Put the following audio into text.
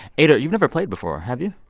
eyder, you've never played before, have you?